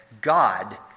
God